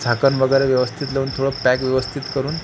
तर झाकण वगैरे व्यवस्थित लावून थोडं पॅक व्यवस्थित करून